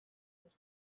this